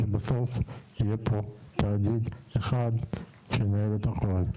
שבסוף יהיה פה תאגיד אחד שינהל את הכל.